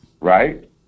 right